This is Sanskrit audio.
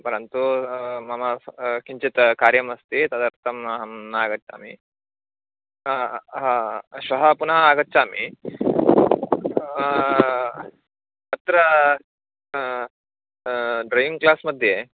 परन्तु मम सः किञ्चित् कार्यमस्ति तदर्थम् अहं न आगच्छामि श्वः पुनः आगच्छामि हा अत्र ड्रैविङ्ग् क्लास् मध्ये